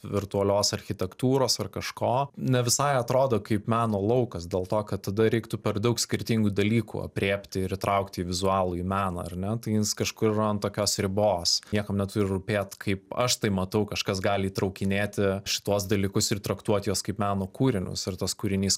virtualios architektūros ar kažko ne visai atrodo kaip meno laukas dėl to kad tada reiktų per daug skirtingų dalykų aprėpti ir įtraukti į vizualųjį meną ar ne tai jis kažkur yra ant tokios ribos niekam neturi rūpėt kaip aš tai matau kažkas gali įtraukinėti šituos dalykus ir traktuoti juos kaip meno kūrinius ir tas kūrinys